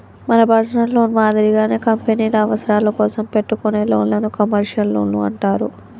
మన personal loan మాదిరిగానే కంపెనీల అవసరాల కోసం పెట్టుకునే లోన్లను కమర్షియల్ లోన్లు అంటారు